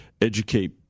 educate